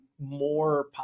more